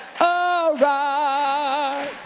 arise